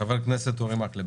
חבר אורי מקלב.